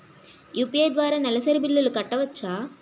UPI ద్వారా నెలసరి బిల్లులు కట్టవచ్చా?